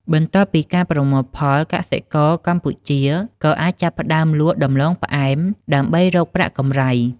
បន្ទាប់ពីការប្រមូលផល កសិករនៅកម្ពុជាក៏អាចចាប់ផ្ដើមលក់ដូរដំឡូងផ្អែម ដើម្បីរកប្រាក់កម្រៃ។